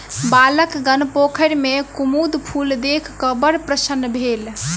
बालकगण पोखैर में कुमुद फूल देख क बड़ प्रसन्न भेल